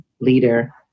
leader